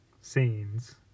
scenes